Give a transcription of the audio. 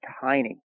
tiny